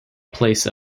place